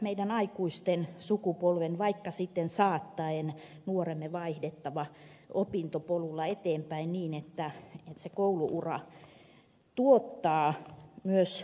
meidän aikuisten sukupolven on vaikka sitten saatettava nuoremme opintopolulla eteenpäin niin että se koulu ura tuottaa myös valmistumisen